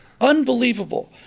unbelievable